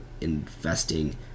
investing